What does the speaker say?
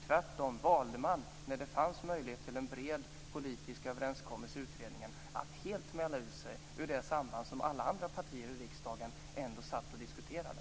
Tvärtom valde man när det fanns möjlighet till en bred politisk överenskommelse i utredningen att helt mäla ut sig ur det samband som alla andra partier i riksdagen satt och diskuterade.